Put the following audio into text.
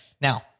Now